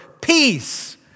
peace